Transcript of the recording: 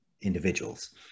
individuals